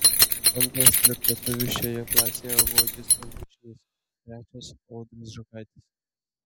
antras tarp lietuvių šioje klasėje buvo justas bučnys trečias audrius žukaitis